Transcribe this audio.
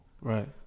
Right